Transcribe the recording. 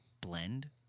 blend